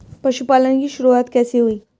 पशुपालन की शुरुआत कैसे हुई?